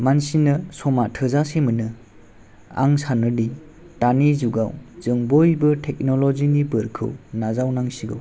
मानसिनो समा थोजासे मोनो आं सानोदि दानि जुगाव जों बयबो टेक्न'लजिनि बोरखौ नाजावनांसिगौ